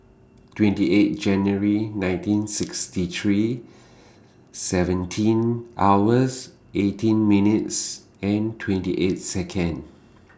twenty eight January nineteen sixty three seventeen hours eighteen minutes and twenty eight Second